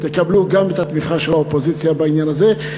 תקבלו גם את התמיכה של האופוזיציה בעניין הזה,